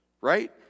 right